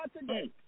today